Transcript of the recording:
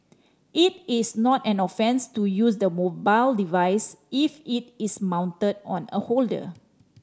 it is not an offence to use the mobile device if it is mounted on a holder